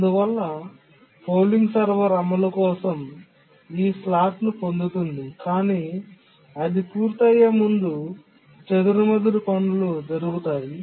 అందువల్ల polling server అమలు కోసం ఈ స్లాట్ను పొందుతోంది కానీ అది పూర్తయ్యే ముందు చెదురుమదురు పని జరుగుతుంది